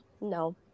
no